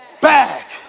back